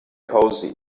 cosy